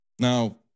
Now